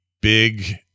big